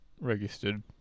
registered